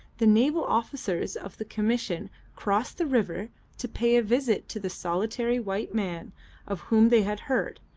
the naval officers of the commission crossed the river to pay a visit to the solitary white man of whom they had heard,